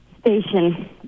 station